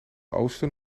oosten